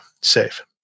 safe